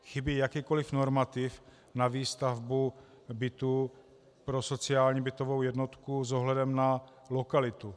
Chybí jakýkoliv normativ na výstavbu bytů pro sociální bytovou jednotku s ohledem na lokalitu.